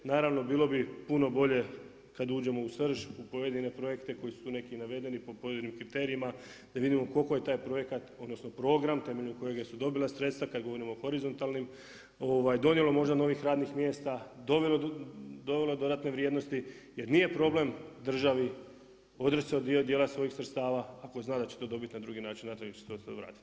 Naravno, bilo bi puno bolje kad uđemo u srž u pojedine projekte koji su neki i navedeni po pojedinim kriterijima da vidimo koliko je taj projekat, odnosno program temeljem kojega su dobila sredstva kad govorimo o horizontalnim donijelo možda novih radnih mjesta, dovelo dodatne vrijednosti jer nije problem državi odreći se dijela svojih sredstava ako zna da će to dobit na drugi način i da će se to sve vratiti.